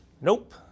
Nope